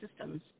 systems